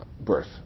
birth